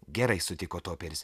gerai sutiko toperis